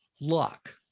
luck